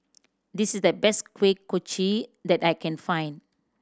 this is the best Kuih Kochi that I can find